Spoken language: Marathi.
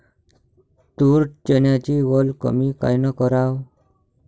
तूर, चन्याची वल कमी कायनं कराव?